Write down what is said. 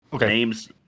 Names